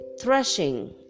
threshing